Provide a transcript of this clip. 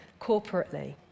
corporately